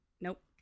nope